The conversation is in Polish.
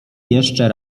jeszcze